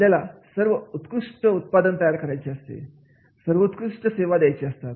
आपल्याला सर्व उत्कृष्ट उत्पादन तयार करायचे असते सर्वोत्कृष्ट सेवा द्यायचे असतात